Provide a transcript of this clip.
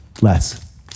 less